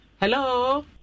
Hello